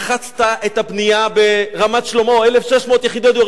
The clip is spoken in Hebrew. מחצת את הבנייה ברמת-שלמה, 1,600 יחידות דיור.